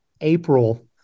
April